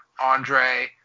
andre